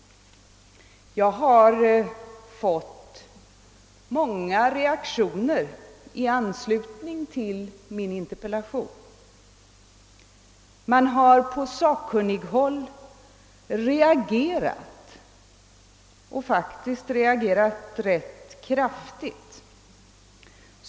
Jag har fått många reaktioner i anslutning till min interpellation. Man har på sakkunnighåll reagerat och faktiskt reagerat rätt kraftigt.